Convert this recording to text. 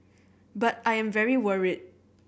but I am very worried